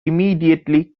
immediately